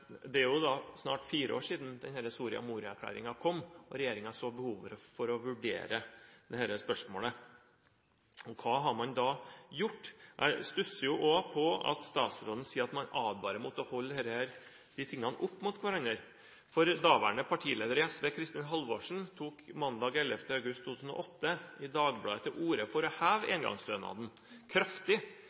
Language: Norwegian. det er jo snart fire år siden denne Soria Moria-erklæringen kom og regjeringen så behovet for å vurdere dette spørsmålet. Hva har man da gjort? Jeg stusser også over at statsråden sier at man advarer mot å holde de tingene opp mot hverandre, for daværende partileder i SV, Kristin Halvorsen, tok mandag 11. august 2008 i Dagbladet til orde for å heve engangsstønaden kraftig.